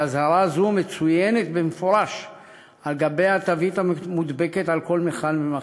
אזהרה זו מצוינת במפורש על גבי התווית המודבקת על כל מכל ומכל,